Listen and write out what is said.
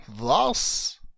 Thus